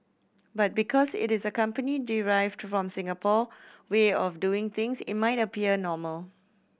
but because it is a company derived from Singapore way of doing things it might appear normal